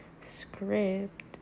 script